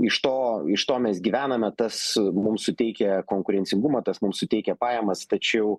iš to iš to mes gyvename tas mums suteikia konkurencingumą tas mums suteikia pajamas tačiau